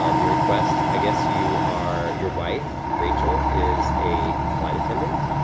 um your request, i guess, you are, your wife, rachel, is a flight attendant.